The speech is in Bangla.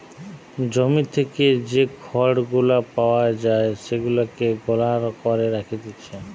জমি থেকে যে খড় গুলা পাওয়া যায় সেগুলাকে গলা করে রাখতিছে